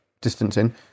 distancing